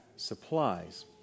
Supplies